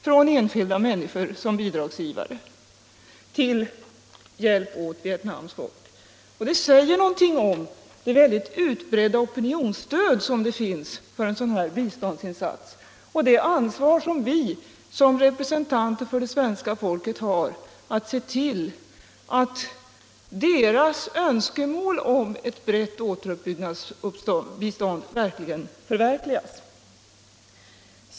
från enskilda människor som bidragsgivare till hjälp åt Vietnams folk. Det säger någonting om det utbredda opinionsstöd som finns för en sådan här biståndsinsats och om det ansvar som vi som representanter för svenska folket har att se till att dess önskemål om ett brett återuppbyggnadsbistånd förverkligas.